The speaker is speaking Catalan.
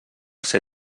ser